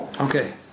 Okay